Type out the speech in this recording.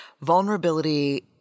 Vulnerability